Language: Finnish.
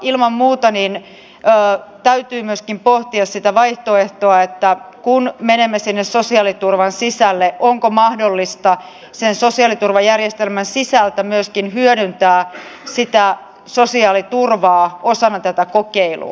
ilman muuta täytyy myöskin pohtia sitä vaihtoehtoa että kun menemme sinne sosiaaliturvan sisälle onko mahdollista sen sosiaaliturvajärjestelmän sisältä myöskin hyödyntää sitä sosiaaliturvaa osana tätä kokeilua